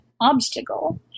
obstacle